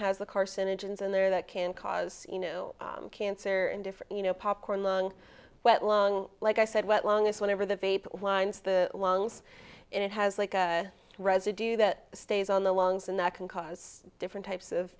has the carcinogens in there that can cause you know cancer and if you know popcorn lung well lung like i said well long as whenever the vapor lines the lungs and it has like a residue that stays on the lungs and that can cause different types of